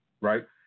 Right